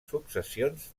successions